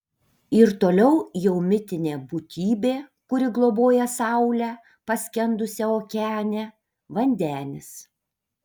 ir toliau jau mitinė būtybė kuri globoja saulę paskendusią okeane vandenis